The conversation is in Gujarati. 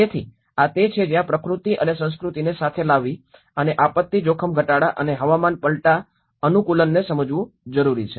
તેથી આ તે છે જ્યાં પ્રકૃતિ અને સંસ્કૃતિને સાથે લાવવી અને આપત્તિ જોખમ ઘટાડા અને હવામાન પલટા અનુકૂલનને સમજવું જરૂરી છે